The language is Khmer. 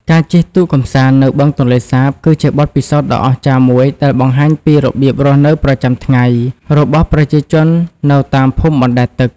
ការជិះទូកកម្សាន្តនៅបឹងទន្លេសាប គឺជាបទពិសោធន៍ដ៏អស្ចារ្យមួយដែលបង្ហាញពីរបៀបរស់នៅប្រចាំថ្ងៃរបស់ប្រជាជននៅតាមភូមិបណ្តែតទឹក។